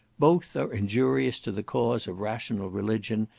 both are injurious to the cause of rational religion,